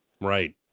Right